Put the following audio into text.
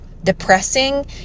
depressing